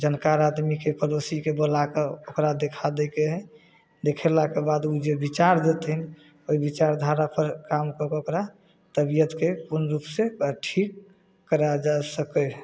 जानकार आदमीके पड़ोसीके बोलाकऽ ओकरा देखा दैके हइ देखेलाके बाद ओ जे विचार देथिन ओहि विचारधारापर काम कऽ कऽ ओकरा तबिअतके पूर्ण रूपसँ ओकरा ठीक कराएल जा सकै हइ